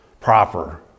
proper